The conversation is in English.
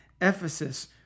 Ephesus